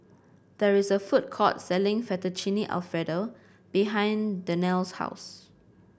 there is a food court selling Fettuccine Alfredo behind Danelle's house